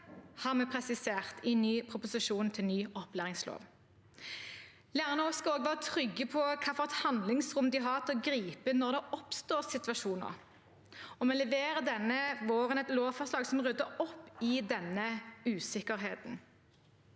har vi presisert i proposisjonen til ny opplæringslov. Lærerne skal også være trygge på hvilket handlingsrom de har til å gripe inn når det oppstår situasjoner. Vi leverer denne våren et lovforslag som rydder opp i den usikkerheten.